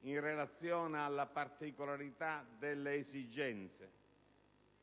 in relazione alla particolarità delle esigenze.